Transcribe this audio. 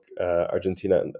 Argentina